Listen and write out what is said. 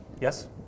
Yes